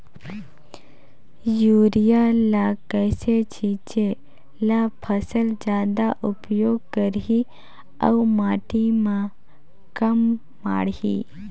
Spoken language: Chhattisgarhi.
युरिया ल कइसे छीचे ल फसल जादा उपयोग करही अउ माटी म कम माढ़ही?